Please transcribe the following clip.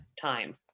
time